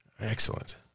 Excellent